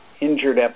injured